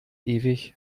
ewig